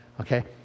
Okay